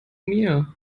mir